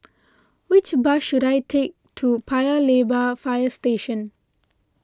which bus should I take to Paya Lebar Fire Station